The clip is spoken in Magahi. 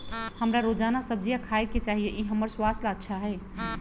हमरा रोजाना सब्जिया खाय के चाहिए ई हमर स्वास्थ्य ला अच्छा हई